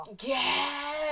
Yes